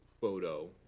photo